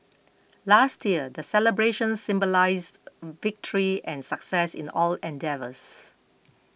last year the celebrations symbolised victory and success in all endeavours